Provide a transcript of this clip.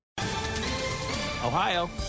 Ohio